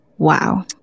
Wow